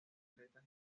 atletas